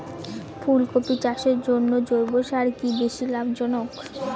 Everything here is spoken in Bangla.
ফুলকপি চাষের জন্য জৈব সার কি বেশী লাভজনক?